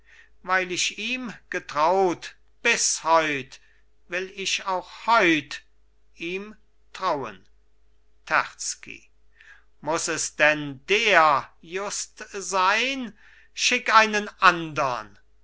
weil ich ihm getraut bis heut will ich auch heut ihm trauen terzky muß es denn der just sein schick einen andern